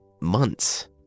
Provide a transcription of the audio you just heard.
months